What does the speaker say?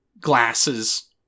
glasses